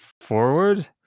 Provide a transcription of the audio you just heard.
forward